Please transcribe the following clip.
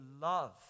love